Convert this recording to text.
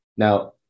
Now